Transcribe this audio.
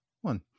one